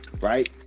right